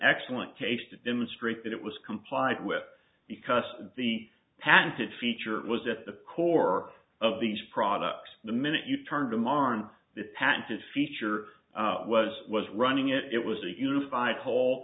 excellent case to demonstrate that it was complied with because the patented feature was at the core of these products the minute you turned them on the patented feature was was running it was a unified whole